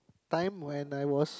time when I was